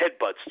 headbutts